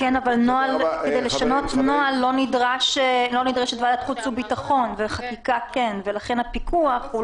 אבל כדי לשנות נוהל לא נדרשת ועדת חוץ וביטחון וכן כשזה בחקיקה.